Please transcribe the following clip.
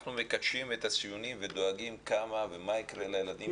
אנחנו מקדשים את הציונים ומה יקרה לילדים